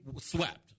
swept